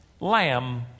lamb